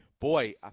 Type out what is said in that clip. boy